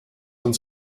uns